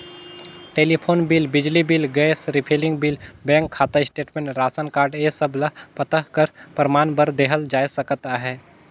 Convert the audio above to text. telephone bill, बिजली bill, gas refilling bill, bank खाता statement, रासन कारड ए सब ल पता कर परमान बर देहल जाए सकत अहे